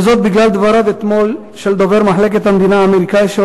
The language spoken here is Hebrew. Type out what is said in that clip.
וזאת בגלל דבריו של דובר מחלקת המדינה האמריקני אתמול,